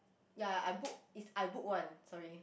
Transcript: ya I book is I book one sorry